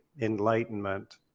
enlightenment